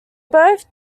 both